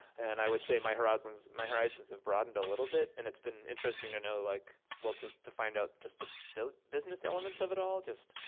and i would say my horizons my horizons have broadened a little bit. and it's been interesting to know, like well, to to find out just the business business elements of it all, just